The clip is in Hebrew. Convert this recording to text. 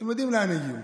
אתם יודעים לאן הגיעו: